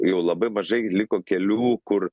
jau labai mažai liko kelių kur